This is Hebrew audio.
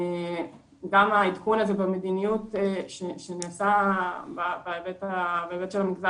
גם העדכון במדיניות שנעשה בהיבט של המגזר